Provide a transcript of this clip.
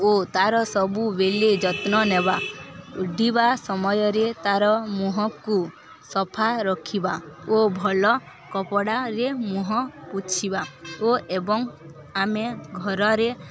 ଓ ତା'ର ସବୁ ବେଳେ ଯତ୍ନ ନେବା ଉଠିବା ସମୟରେ ତା'ର ମୁହଁକୁ ସଫା ରଖିବା ଓ ଭଲ କପଡ଼ାରେ ମୁହଁ ପୁଛିବା ଓ ଏବଂ ଆମେ ଘରରେ